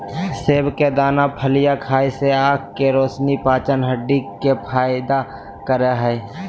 सेम के दाना फलियां खाय से आँख के रोशनी, पाचन, हड्डी के फायदा करे हइ